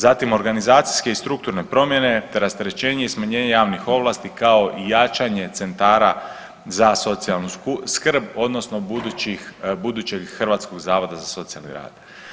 Zatim organizacijske i strukturne promjene te rasterećenje i smanjenje javnih ovlasti kao i jačanje centara za socijalnu skrb odnosno budućih, budućeg Hrvatskog zavoda za socijalni rad.